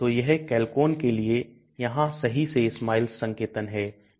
तो यह chalcone के लिए यहां सही से SMILES संकेतन है